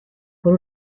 por